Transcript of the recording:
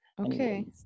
Okay